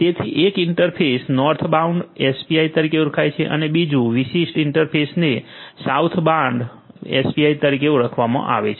તેથી એક interface northbound API તરીકે ઓળખાય છે અને બીજું વિશિષ્ટ ઇન્ટરફેસને સાઉથબાઉન્ડ એપીઆઇ તરીકે ઓળખવામાં આવે છે